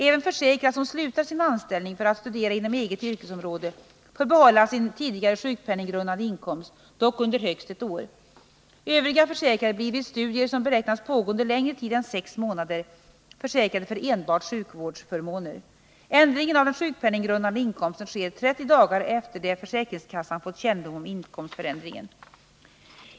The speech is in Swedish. Även försäkrad som slutar sin anställning för att studera inom eget yrkesområde får behålla sin tidigare sjukpenninggrundande inkomst, dock under högst ett år. Övriga försäkrade blir vid studier som beräknas pågå under längre tid än sex månader försäkrade för enbart sjukvårdsförmåner. Ändringen av den sjukpenninggrundande inkomsten sker 30 dagar efter det att försäkringskassan fått kännedom om inkomstförändringen.